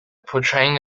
portraying